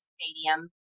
Stadium